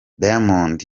diamond